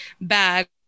bag